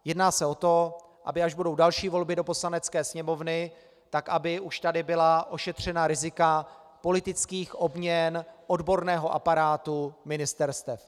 Jedná se o to, aby až budou další volby do Poslanecké sněmovny, už tady byla ošetřena rizika politických obměn odborného aparátu ministerstev.